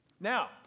Now